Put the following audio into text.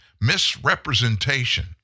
misrepresentation